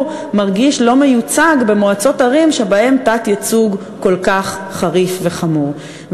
מרגיש לא מיוצג במועצות ערים שבהן התת-ייצוג כל כך חריף וחמור.